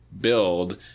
build